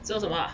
说什么